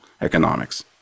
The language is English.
economics